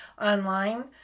online